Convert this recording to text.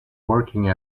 working